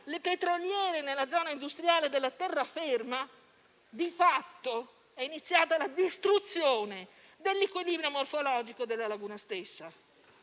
le petroliere nella zona industriale della terraferma, di fatto è iniziata la distruzione dell'equilibrio morfologico della laguna stessa.